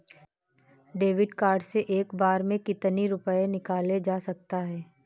David card से एक बार में कितनी रूपए निकाले जा सकता है?